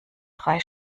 drei